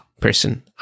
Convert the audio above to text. person